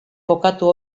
kokatu